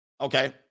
Okay